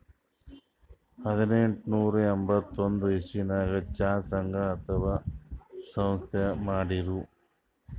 ಹದನೆಂಟನೂರಾ ಎಂಬತ್ತೊಂದ್ ಇಸವಿದಾಗ್ ಚಾ ಸಂಘ ಅಥವಾ ಸಂಸ್ಥಾ ಮಾಡಿರು